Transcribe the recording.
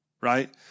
Right